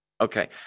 Okay